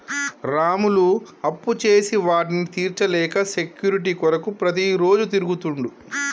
రాములు అప్పుచేసి వాటిని తీర్చలేక సెక్యూరిటీ కొరకు ప్రతిరోజు తిరుగుతుండు